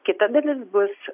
kita dalis bus